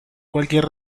cualquier